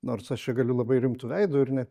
nors aš čia galiu labai rimtu veidu ir net